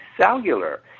cellular